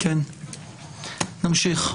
נמשיך.